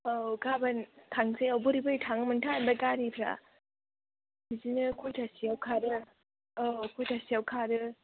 औ गाबोन थांनोसै औ बोरै बोरै थाङोमोनथाय ओमफ्राय गारिफ्रा बिदिनो खयथासोयाव खारो औ खयथासोयाव खारो